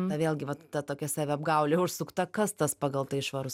na vėlgi vat ta tokia saviapgaulė užsukta kas tas pagal tai švarus